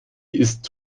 ist